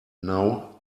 now